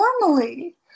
normally